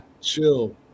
chill